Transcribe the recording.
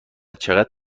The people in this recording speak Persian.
چقدر